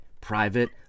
private